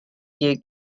hier